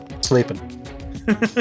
Sleeping